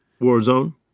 Warzone